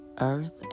earth